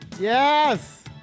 Yes